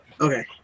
Okay